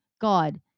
god